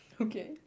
Okay